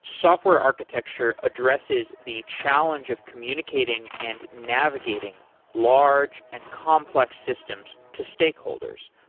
software architecture addresses the challenge of communicating and navigating large and complex systems to stakeholders,